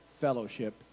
fellowship